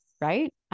right